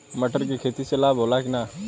मटर के खेती से लाभ होला कि न?